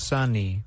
Sunny